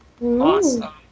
Awesome